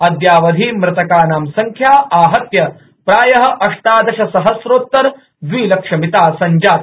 अद्यावधि मृतकानां संख्या आहत्य प्राय अष्टादश सहस्रोत्तर द्विलक्षमिता संजाता